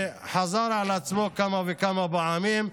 זה חזר על עצמו כמה וכמה פעמים.